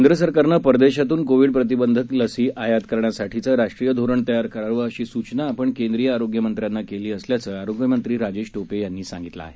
केंद्र सरकारनं परदेशातून कोविड प्रतिबंधक लसी आयात करण्यासाठीचं राष्ट्रीय धोरण तयार करावं अशी सूचना आपण केंद्रीय आरोग्य मंत्र्यांना केली असल्याचं आरोग्यमंत्री राजेश टोपे यांनी सांगितलं आहे